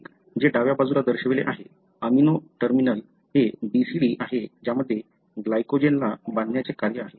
एक जे डाव्या बाजूला दर्शविले आहे अमिनो टर्मिनल हे CBD आहे ज्यामध्ये ग्लायकोजेन ला बांधण्याचे कार्य आहे